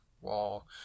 wall